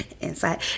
inside